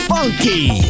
Funky